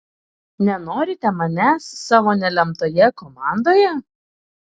nenorite manęs savo nelemtoje komandoje